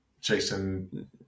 Jason